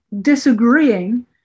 disagreeing